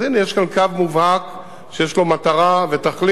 אז הנה, יש כאן קו מובהק שיש לו מטרה ותכלית: